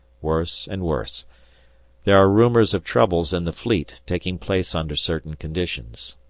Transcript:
worse and worse there are rumours of troubles in the fleet taking place under certain conditions.